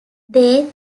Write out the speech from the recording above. they